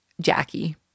Jackie